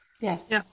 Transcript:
Yes